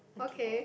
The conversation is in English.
okay